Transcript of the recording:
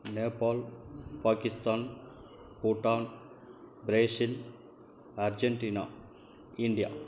Nepal Pakistan Bhutan Brazil Argentina India